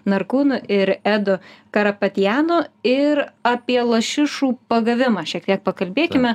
narkūnu ir edu karapatjanu ir apie lašišų pagavimą šiek tiek pakalbėkime